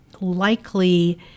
likely